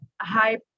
high